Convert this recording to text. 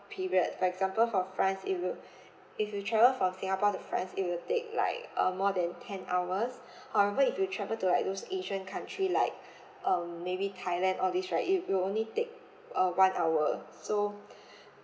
period for example for france it will if you travel from singapore to france it will take like uh more than ten hours however if you travel to like those asian country like um maybe thailand all this right it will only take uh one hour so